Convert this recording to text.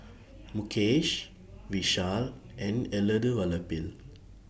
Mukesh Vishal and Elattuvalapil